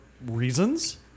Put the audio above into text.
reasons